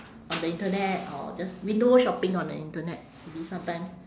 on the internet or just window shopping on the internet maybe sometimes